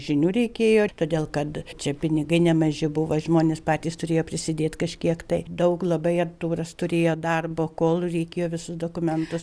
žinių reikėjo ir todėl kad čia pinigai nemaži buvo žmonės patys turėjo prisidėt kažkiek tai daug labai artūras turėjo darbo kol reikėjo visus dokumentus